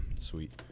Sweet